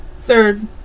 third